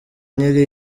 nyiri